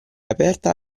aperta